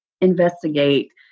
Investigate